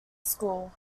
school